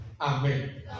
Amen